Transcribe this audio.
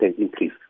increase